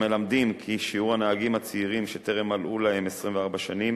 המלמדים כי שיעור הנהגים הצעירים שטרם מלאו להם 24 שנים